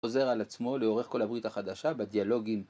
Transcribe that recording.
עוזר על עצמו לאורך כל העברית החדשה בדיאלוגים.